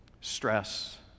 Stress